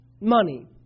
money